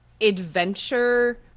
adventure